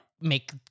make